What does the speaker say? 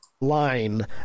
line